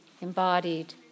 embodied